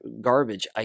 garbage